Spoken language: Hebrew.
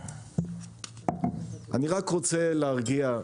אני רק רוצה להרגיע,